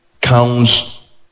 counts